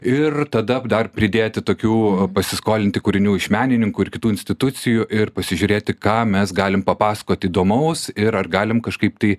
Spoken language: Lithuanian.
ir tada dar pridėti tokių pasiskolinti kūrinių iš menininkų ir kitų institucijų ir pasižiūrėti ką mes galim papasakoti įdomaus ir ar galim kažkaip tai